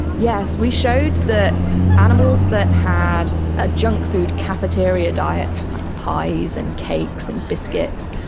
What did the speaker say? yes, we showed that animals that had a junk food cafeteria diet, which was like pies and cakes and biscuits,